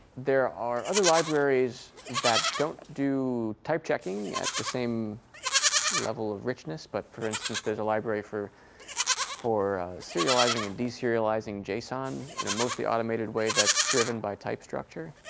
there are other libraries that don't do type checking at the same level of richness. but for instance, there's a library for for serializing and de-serializing json. and most of the automated way that's driven by type structure.